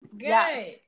yes